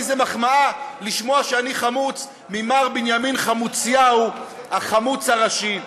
לי זו מחמאה לשמוע שאני חמוץ ממר בנימין חמוציהו החמוץ הראשי.